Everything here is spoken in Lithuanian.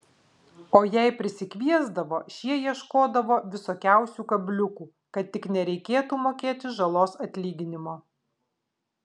o jei prisikviesdavo šie ieškodavo visokiausių kabliukų kad tik nereikėtų mokėti žalos atlyginimo